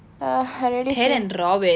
ah I really hate